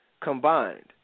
combined